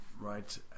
right